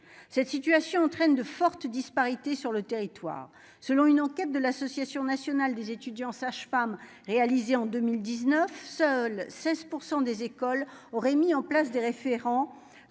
cette situation entraîne de fortes disparités sur le territoire, selon une enquête de l'association nationale des étudiants sages-femmes, réalisé en 2019 seuls 16 % des écoles aurait mis en place des référents